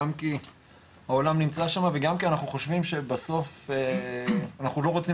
גם כי העולם נמצא שמה וגם כי אנחנו חושבים שבסוף אנחנו לא רוצים